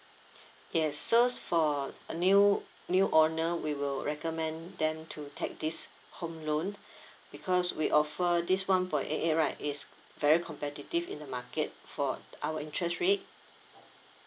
yes so for a new new owner we will recommend them to take this home loan because we offer this one point eight eight right is very competitive in the market for our interest rate